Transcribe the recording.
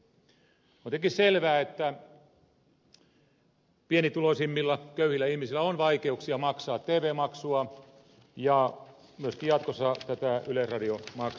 on tietenkin selvää että pienituloisimmilla köyhillä ihmisillä on vaikeuksia maksaa tv maksua ja myöskin jatkossa tätä yleisradiomaksua